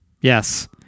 Yes